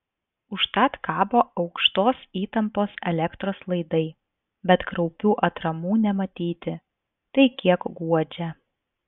užtat kabo aukštos įtampos elektros laidai bet kraupių atramų nematyti tai kiek guodžia